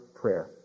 prayer